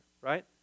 right